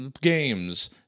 games